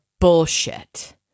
bullshit